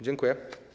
Dziękuję.